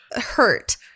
hurt